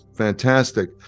Fantastic